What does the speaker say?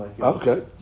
Okay